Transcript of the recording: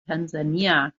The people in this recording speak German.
tansania